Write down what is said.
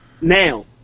now